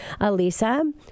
Alisa